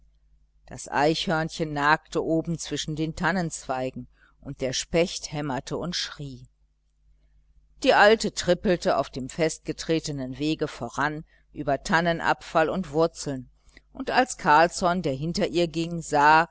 das eichhörnchen nagte oben zwischen den tannenzweigen und der specht hämmerte und schrie die alte trippelte auf dem festgetretenen wege voran über tannenabfall und wurzeln und als carlsson der hinter ihr ging sah